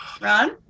Ron